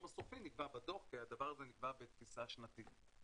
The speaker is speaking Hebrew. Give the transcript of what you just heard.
הסופי נקבע בדוח כי הדבר הזה נקבע בתפיסה שנתית.